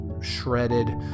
shredded